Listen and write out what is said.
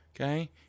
Okay